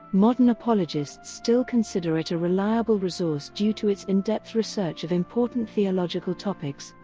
modern apologists still consider it a reliable resource due to its in-depth research of important theological topics.